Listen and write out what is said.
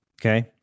okay